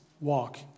walk